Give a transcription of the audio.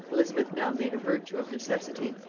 elizabeth now made a virtue of necessity,